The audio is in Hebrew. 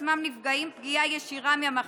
עצמם נפגעים פגיעה ישירה מהמכת"זית,